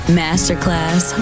masterclass